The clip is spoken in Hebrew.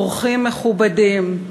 אורחים מכובדים,